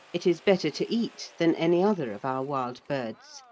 it is better to eat than any other of our wild birds,